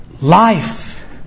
Life